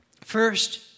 First